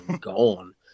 gone